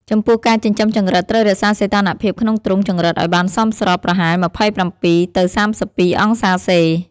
ចំពោះការចិញ្ចឹមចង្រិតត្រូវរក្សាសីតុណ្ហភាពក្នុងទ្រុងចង្រិតឲ្យបានសមស្រប ប្រហែល ២៧ ទៅ ៣២ អង្សាសេ។